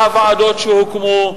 והוועדות שהוקמו,